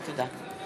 תודה.